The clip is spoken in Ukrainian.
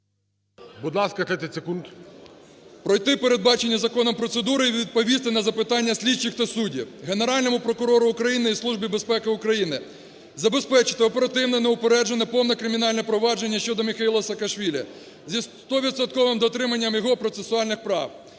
Будь ласка, 30 секунд. ТЕТЕРУК А.А. ...пройти, передбачені законом, процедури і відповісти на запитання слідчих та суддів. Генеральному прокурору України і Службі безпеки України забезпечити оперативне неупереджене повне кримінальне провадження щодо Міхеїла Саакашвілі зі стовідсотковим дотриманням його процесуальних прав,